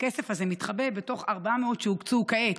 שהכסף הזה מתחבא בתוך 400 שהוקצו כעת,